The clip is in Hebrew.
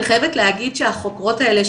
אני חייבת להגיד שהחוקרות האלה,